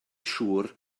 siŵr